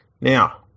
Now